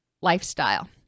lifestyle